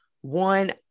One